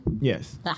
Yes